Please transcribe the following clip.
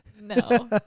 No